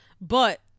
but-